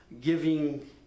Giving